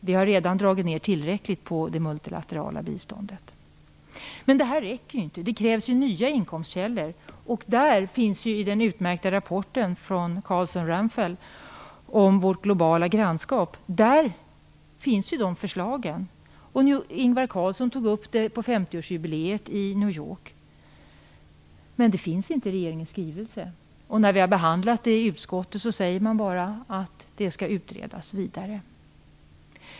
Vi har reda dragit ned tillräckligt på det multilaterala biståndet. Men det här räcker ju inte. Det krävs nya inkomstkällor, och i den utmärkta rapporten från Carlsson-Ramphal om vårt globala grannskap finns de förslagen. Ingvar Carlsson tog upp dem på 50 årsjubileet i New York. Men de finns inte i regeringens skrivelse. När vi behandlade detta i utskottet sade man bara att det skall utredas vidare.